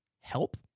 help